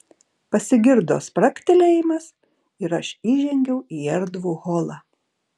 pasigirdo spragtelėjimas ir aš įžengiau į erdvų holą